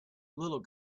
little